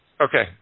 Okay